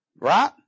Right